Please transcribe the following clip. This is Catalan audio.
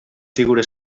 figura